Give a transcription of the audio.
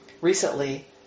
recently